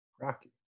Rocky